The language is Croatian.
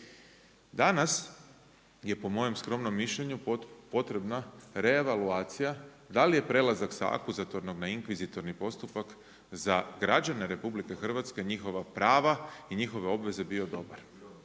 Danas je po mojem skromnom mišljenju potrebna reavulacija da li je prelazak sa akuzatornog na inkvizitorni postupak za građane RH njihova prava i njihove obveze bio dobar.